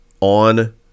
on